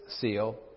seal